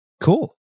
Cool